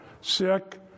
Sick